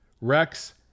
Rex